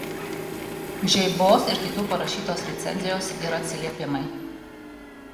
žeibos ir kitų parašytos recenzijos ir atsiliepimai